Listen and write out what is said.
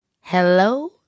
Hello